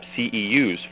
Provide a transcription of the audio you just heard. CEUs